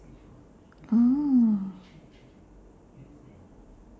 mm